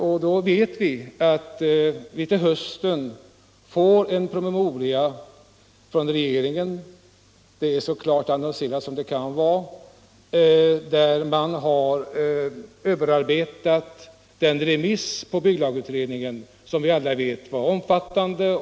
Men till hösten får vi som bekant en promemoria från regeringen — det är så klart annonserat som man kan begära —- där man har överarbetat den remissbehandling av bygglagutredningen, som vi alla vet var omfattande.